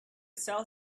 sell